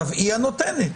היא הנותנת.